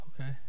Okay